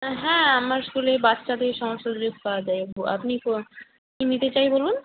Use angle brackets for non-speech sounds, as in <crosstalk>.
হ্যাঁ আমার স্কুলের বাচ্চাদের সমস্ত জিনিস পাওয়া যায় <unintelligible> আপনি <unintelligible> কি নিতে চাই বলুন